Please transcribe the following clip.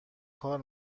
کار